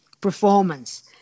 performance